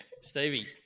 Stevie